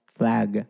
flag